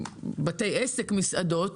בתי עסק כמו מסעדות,